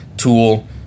tool